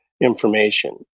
information